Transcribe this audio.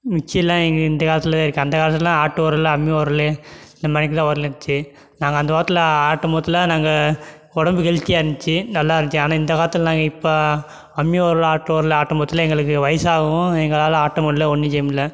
மிக்சிலாம் இ இந்தக் காலத்தில் தான் இருக்குது அந்த காலத்திலலாம் ஆட்டு உரலு அம்மி உரலு இந்த மாதிரிக்கி தான் உரல் இருந்துச்சு நாங்கள் அந்தக் காலத்தில் ஆட்டும் போதில் நாங்கள் உடம்பு ஹெல்த்தியாக இருந்துச்சு நல்லா இருந்துச்சு ஆனால் இந்தக் காலத்தில் நாங்கள் இப்போ அம்மி உரல் ஆட்டு உரல்ல ஆட்டம் போதில் எங்களுக்கு வயசாகவும் எங்களால் ஆட்ட முடில ஒன்றும் செய்ய முடில